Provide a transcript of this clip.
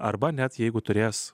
arba net jeigu turės